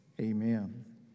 Amen